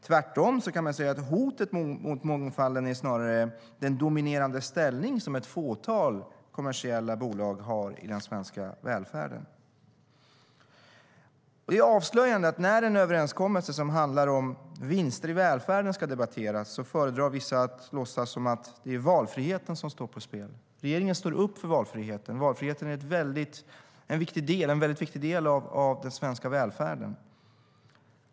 Tvärtom är hotet mot mångfalden snarare den dominerande ställning som ett fåtal kommersiella bolag har i den svenska välfärden. Det är avslöjande att när en överenskommelse som handlar om vinster i välfärden ska debatteras föredrar vissa att låtsas som att det är valfriheten som står på spel. Regeringen står upp för valfriheten. Valfriheten är en viktig del av den svenska välfärden.